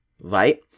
right